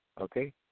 okay